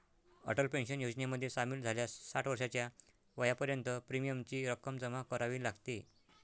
Atal pension योजनेमध्ये सामील झाल्यास साठ वर्षाच्या वयापर्यंत प्रीमियमची रक्कम जमा करावी लागते